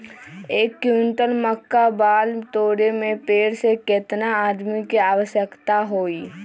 एक क्विंटल मक्का बाल तोरे में पेड़ से केतना आदमी के आवश्कता होई?